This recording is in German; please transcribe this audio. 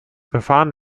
verfahren